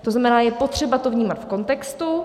To znamená, je potřeba to vnímat v kontextu.